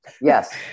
Yes